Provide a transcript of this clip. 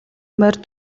морь